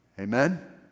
Amen